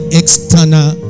external